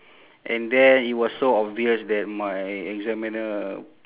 and then it was so obvious that my examiner